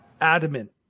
adamant